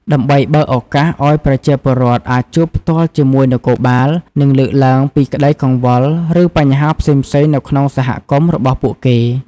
ដើម្បីបើកឱកាសឲ្យប្រជាពលរដ្ឋអាចជួបផ្ទាល់ជាមួយនគរបាល និងលើកឡើងពីក្ដីកង្វល់ ឬបញ្ហាផ្សេងៗនៅក្នុងសហគមន៍របស់ពួកគេ។